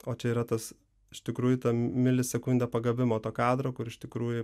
o čia yra tas iš tikrųjų milisekundė pagavimo to kadro kur iš tikrųjų